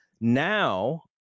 now